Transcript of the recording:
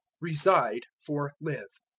reside for live.